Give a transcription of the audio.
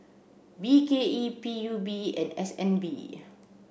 B K E P U B and S N B